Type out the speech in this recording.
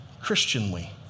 Christianly